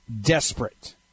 desperate